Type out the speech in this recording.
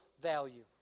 value